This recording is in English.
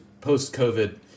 post-COVID